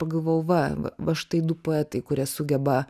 pagalvojau va va štai du poetai kurie sugeba